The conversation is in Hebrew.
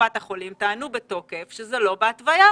וקופת החולים טענו בתוקף שזה לא בהתוויה,